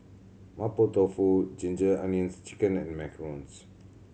Mapo Tofu Ginger Onions Chicken and macarons